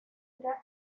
mira